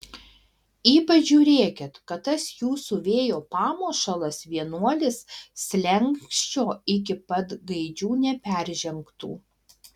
ypač žiūrėkit kad tas jūsų vėjo pamušalas vienuolis slenksčio iki pat gaidžių neperžengtų